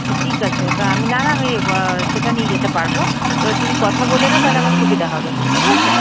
আচ্ছা ঠিক আছে তা আমি না না সেটা নিয়ে যেতে পারবো তো তুই কথা বলে নে তাহলে আমার সুবিধা হবে ঠিক আছে